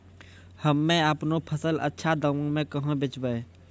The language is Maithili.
हम्मे आपनौ फसल अच्छा दामों मे कहाँ बेचबै?